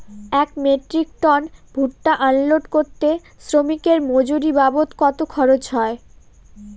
এক metric ton ভুট্টা unload করতে শ্রমিকের মজুরি বাবদ কত খরচ হয়?